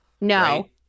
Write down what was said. No